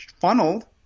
funneled